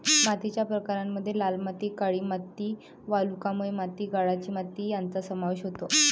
मातीच्या प्रकारांमध्ये लाल माती, काळी माती, वालुकामय माती, गाळाची माती यांचा समावेश होतो